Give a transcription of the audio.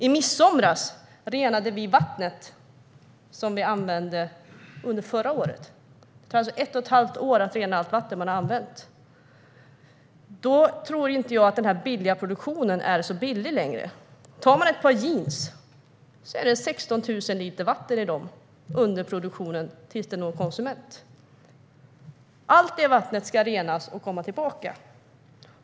I midsomras renade vi vattnet som vi använde under förra året. Det tar ett och ett halvt år att rena allt vatten man har använt. Jag tror inte att den billiga produktionen är så billig. Ta ett par jeans! Det är 16 000 liter vatten i dem under produktionen tills de når konsument. Allt detta vatten ska renas och komma tillbaka.